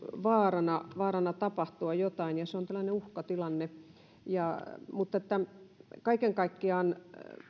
vaarana vaarana tapahtua jotain ja se on tällainen uhkatilanne mutta kaiken kaikkiaan